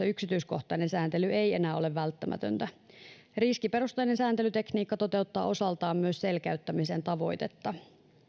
yksityiskohtainen sääntely ei enää ole välttämätöntä riskiperustainen sääntelytekniikka toteuttaa osaltaan myös selkeyttämisen tavoitetta